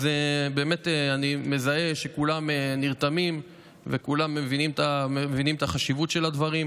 אז אני באמת מזהה שכולם נרתמים וכולם מבינים את החשיבות של הדברים.